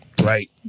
Right